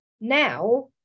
now